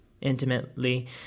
intimately